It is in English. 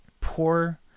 poor